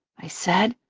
i said.